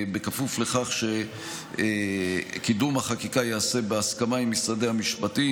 בכפוף לכך שקידום החקיקה ייעשה בהסכמה עם משרדי המשפטים,